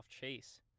chase